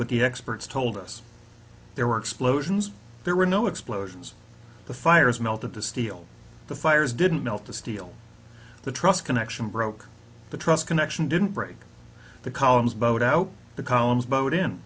what the experts told us there were explosions there were no explosions the fires melt the steel the fires didn't melt the steel the truss connection broke the truss connection didn't break the columns bowed out the columns bo